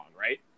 right